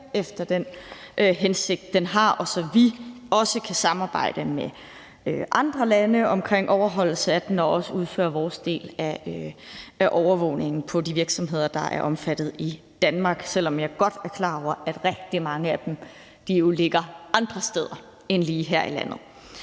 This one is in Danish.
efter den hensigt, den har, og så vi også kan samarbejde med andre lande om overholdelse af den og også udføre vores del af overvågningen på de virksomheder, der er omfattet i Danmark, selv om jeg godt er klar over, at rigtig mange af dem jo ligger andre steder end lige her i landet.